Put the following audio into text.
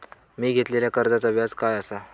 मी घेतलाल्या कर्जाचा व्याज काय आसा?